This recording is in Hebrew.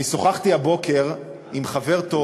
אני שוחחתי הבוקר עם חבר טוב,